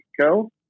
go